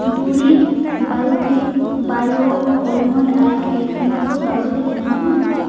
ᱫᱩᱨᱤᱵᱽ Biotique bio almond eye cream ᱱᱚᱥᱚ ᱠᱟᱹᱣᱰᱤ ᱛᱮᱜᱮ ᱧᱟᱢᱚᱜᱼᱟ